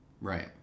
Right